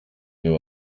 iyo